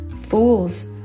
fools